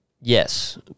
Yes